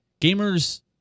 Gamers